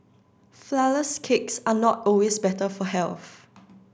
flour less cakes are not always better for health